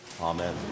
Amen